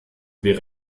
wäre